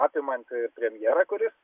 apimanti ir premjerą kuris